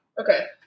Okay